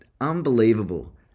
unbelievable